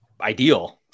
ideal